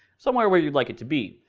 somewhere where you'd like it to be.